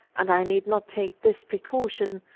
and i need not take this precaution,